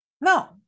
No